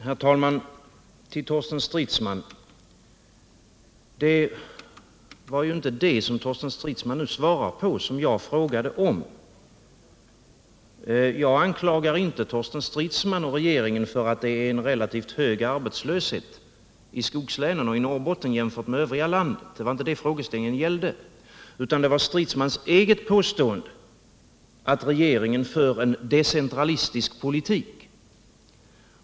Herr talman! Låt mig säga till Torsten Stridsman att det inte var det som han nu svarade på som jag frågade om. Jag anklagar inte Torsten Stridsman och regeringen för att det är en relativt hög arbetslöshet i skogslänen och i Norrbotten jämfört med övriga landet. Det var inte det frågeställningen gällde utan herr Stridsmans eget påstående att regeringen för en decentralistisk politik.